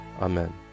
Amen